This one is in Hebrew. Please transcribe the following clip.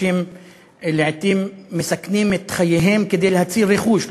אנשים לעתים מסכנים את חייהם כדי להציל רכוש,